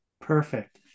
Perfect